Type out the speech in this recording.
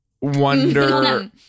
wonder